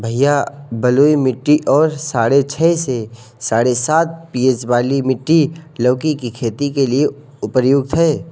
भैया बलुई मिट्टी और साढ़े छह से साढ़े सात पी.एच वाली मिट्टी लौकी की खेती के लिए उपयुक्त है